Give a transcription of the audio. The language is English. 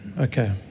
Okay